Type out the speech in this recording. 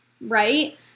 right